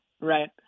right